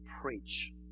preach